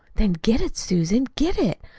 then get it, susan, get it.